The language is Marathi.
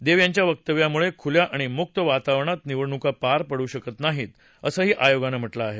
देव यांच्या वक्तव्यामुळे खुल्या आणि मुक्त वातावरणात निवडणुका पार पडू शकत नाहीत असंही आयोगानं म्हटलं आहे